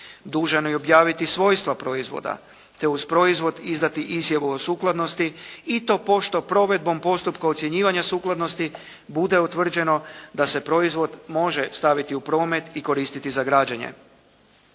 dužan je objaviti svojstva proizvoda te uz proizvod izdati izjavu o sukladnosti i to pošto provedbom postupka ocjenjivanja sukladnosti bude utvrđeno da se proizvod može staviti u promet i koristiti za građenje.